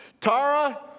Tara